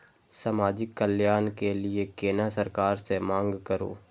समाजिक कल्याण के लीऐ केना सरकार से मांग करु?